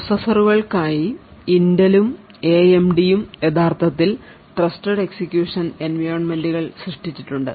പ്രോസസ്സറുകൾക്കായി ഇന്റലും എഎംഡിയും യഥാർത്ഥത്തിൽ ട്രസ്റ്റഡ് എക്സിക്യൂഷൻ എൻവയോൺമെൻറുകൾ സൃഷ്ടിച്ചിട്ടുണ്ട്